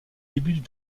début